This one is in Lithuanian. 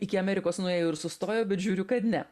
iki amerikos nuėjo ir sustojo bet žiūriu kad ne